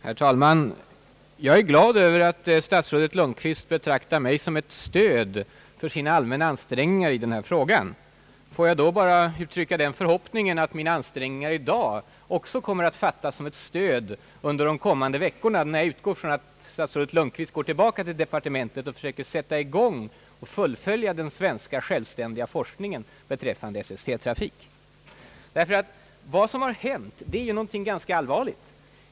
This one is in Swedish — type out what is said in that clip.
Herr talman! Jag är glad över att statsrådet Lundkvist betraktar mig som ett »stöd» för sina allmänna ansträngningar i den här frågan. Får jag då bara uttrycka den förhoppningen att också mina ansträngningar i dag kommer att fattas som ett stöd under de kommande veckorna när, som jag utgår från, statsrådet Lundkvist går tillbaka till departementet och försöker sätta i gång och fullfölja den svenska självständiga forskningen beträffande SST-trafik. Ty vad som har hänt är något ganska allvarligt.